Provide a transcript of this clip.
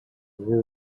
ruhr